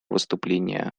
выступление